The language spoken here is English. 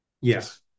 Yes